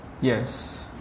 Yes